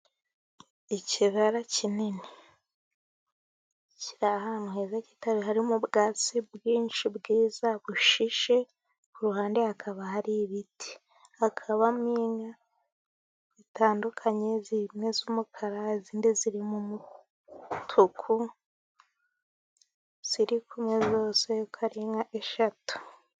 Ikibara kinini kiri ahantu heza, harimo ubwatsi bwinshi bwiza, bushishe, ku ruhande hakaba hari ibiti, hakabamo inka zitandukanye, zirimo z'umukara izindi zirimo umutuku, ziri kumwe zose uko ari inka eshatu.